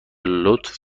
لطف